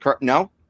No